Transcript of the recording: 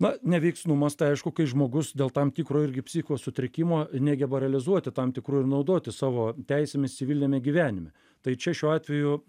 na neveiksnumas tai aišku kai žmogus dėl tam tikro irgi psichikos sutrikimo negeba realizuoti tam tikrų ir naudotis savo teisėmis civiliniame gyvenime tai čia šiuo atveju